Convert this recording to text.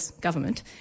government